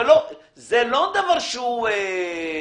ברוב המקרים זה גם דרוש למס